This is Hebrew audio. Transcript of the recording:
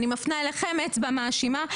אני מפנה אליכם אצבע מאשימה.